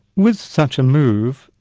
with such a move,